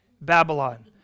Babylon